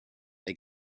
they